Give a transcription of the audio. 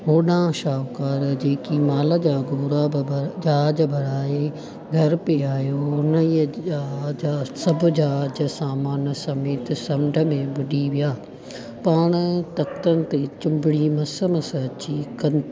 होॾा शाहूकार जेकी माल जा गोरा बि भ जहाज भराए घर पिए आयो हुन इयं जहाज सभु जहाज सामानु समेत समुंड में बुॾी विया पाणि तक्तति ते चुंबड़ी मसु मसु अची कनि